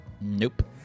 Nope